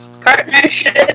partnership